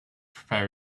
prepare